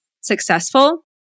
successful